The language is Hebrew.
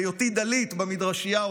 בהיותי תלמיד במדרשייה,